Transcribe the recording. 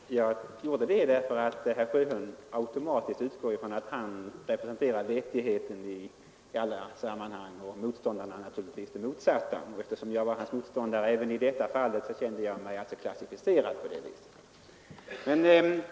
Herr talman! Jag valde min klassificering därför att herr Sjöholm automatiskt utgår ifrån att han representerar vettigheten i alla sammanhang och motståndarna naturligtvis motsatsen. Eftersom jag var hans motståndare även i detta fall kände jag mig klassificerad på det sättet.